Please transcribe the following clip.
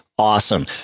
Awesome